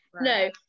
no